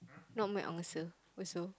not my answer also